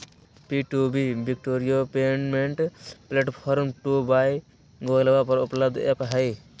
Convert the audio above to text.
B two B procurement platform tool by गूगलवा पर उपलब्ध ऐप हई